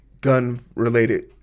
gun-related